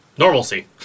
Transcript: Normalcy